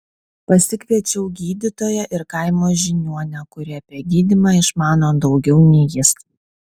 pasikviečiau gydytoją ir kaimo žiniuonę kuri apie gydymą išmano daugiau nei jis